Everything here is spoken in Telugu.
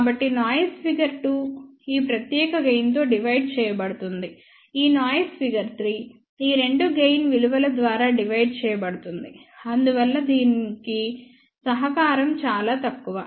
కాబట్టి నాయిస్ ఫిగర్ 2 ఈ ప్రత్యేక గెయిన్ తో డివైడ్ చేయబడుతుంది ఈ నాయిస్ ఫిగర్ 3 ఈ రెండు గెయిన్ విలువల ద్వారా డివైడ్ చేయబడుతుంది అందువల్ల దీనికి సహకారం చాలా తక్కువ